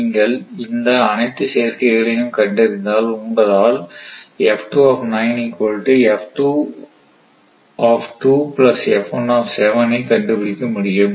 நீங்கள் இந்த அனைத்து சேர்க்கை களையும் கண்டறிந்தால் உங்களால் ஐ கண்டுபிடிக்க முடியும்